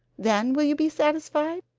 then will you be satisfied?